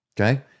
Okay